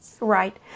Right